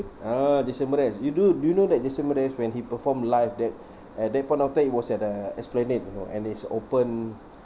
a'ah jason mraz you do do you know that jason mraz when he perform live that at that point of time it was at the esplanade you know and is open